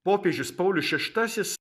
popiežius paulius šeštasis